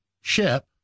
ship